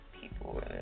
people